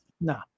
No